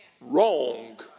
wrong